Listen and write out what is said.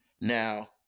now